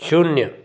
शून्य